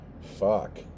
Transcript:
Fuck